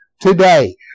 today